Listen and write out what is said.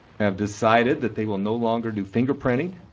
have decided that they will no longer do fingerprinting.